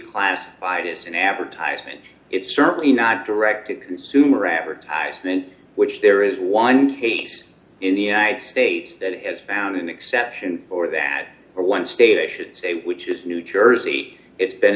classified as an advertisement it's certainly not direct to consumer advertisement which there is one case in the united states that is found in exception or that or one state i should say which is new jersey it's been